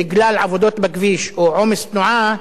בגלל עבודות בכביש או עומס תנועה,